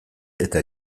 eta